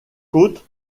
côtes